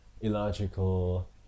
illogical